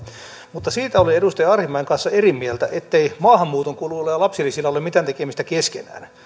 mutta siitä olen edustaja arhinmäen kanssa eri mieltä ettei maahanmuuton kuluilla ja ja lapsilisillä ole mitään tekemistä keskenään